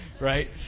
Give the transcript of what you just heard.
Right